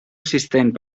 assistent